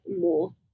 more